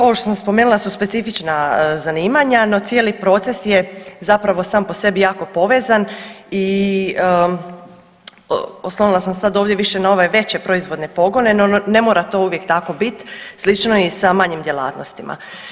Ovo što sam spomenula su specifična zanimanja, no cijeli proces je zapravo sam po sebi jako povezan i oslonila sam sad ovdje više na ove veće proizvodne pogone, no ne mora to uvijek tako biti slično je i sa manjim djelatnostima.